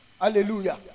hallelujah